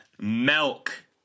Milk